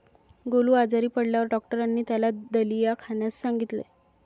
गोलू आजारी पडल्यावर डॉक्टरांनी त्याला दलिया खाण्यास सांगितले